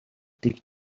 дэг